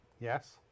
Yes